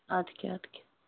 اَدٕ کیٛاہ اَدٕ کیٛاہ